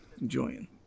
Enjoying